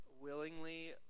willingly